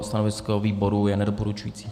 Stanovisko výboru je nedoporučující.